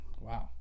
Wow